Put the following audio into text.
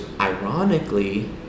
ironically